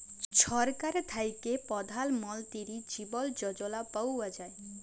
ছরকার থ্যাইকে পধাল মলতিরি জীবল যজলা পাউয়া যায়